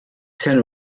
sent